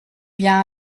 bien